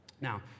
Now